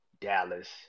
Dallas